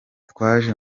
twaje